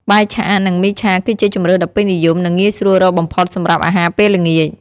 បាយឆា និង មីឆា គឺជាជម្រើសដ៏ពេញនិយម និងងាយស្រួលរកបំផុតសម្រាប់អាហារពេលល្ងាច ។